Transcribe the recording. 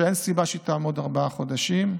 שאין סיבה שהיא תעמוד ארבעה חודשים,